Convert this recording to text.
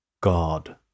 God